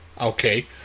Okay